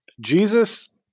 Jesus